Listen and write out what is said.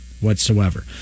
whatsoever